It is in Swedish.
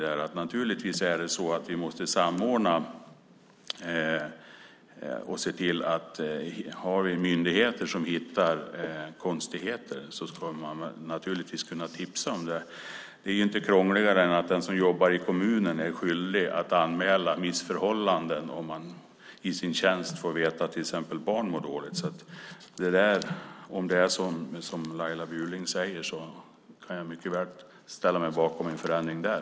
Vi måste naturligtvis samordna och se till att myndigheter som hittar konstigheter ska kunna tipsa om det. Det är ju inte krångligare än att den som jobbar i kommunen är skyldig att anmäla missförhållanden om man i sin tjänst får veta att till exempel barn mår dåligt. Om det är som Laila Bjurling säger kan jag mycket väl ställa mig bakom en förändring där.